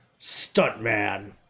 Stuntman